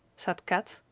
said kat.